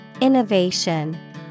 Innovation